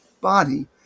body